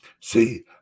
See